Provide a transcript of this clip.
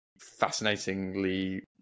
fascinatingly